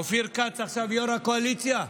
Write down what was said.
אופיר כץ, יו"ר הקואליציה,